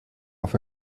auf